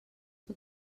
tot